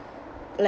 like